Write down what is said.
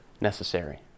necessary